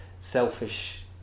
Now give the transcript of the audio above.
selfish